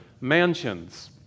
mansions